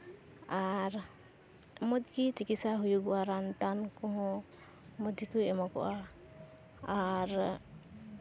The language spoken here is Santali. ᱟᱨ ᱢᱚᱡᱽᱜᱮ ᱪᱤᱠᱤᱛᱥᱟ ᱦᱩᱭᱩᱜᱚᱜᱼᱟ ᱨᱟᱱ ᱴᱟᱱ ᱠᱚᱦᱚᱸ ᱢᱚᱡᱽ ᱜᱮᱠᱚ ᱮᱢᱚᱜᱚᱜᱼᱟ ᱟᱨ